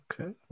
Okay